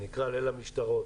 זה נקרא "ליל המשטרות".